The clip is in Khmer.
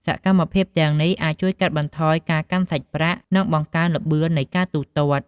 សកម្មភាពទាំងនេះ អាចជួយកាត់បន្ថយការកាន់សាច់ប្រាក់ និងបង្កើនល្បឿននៃការទូទាត់។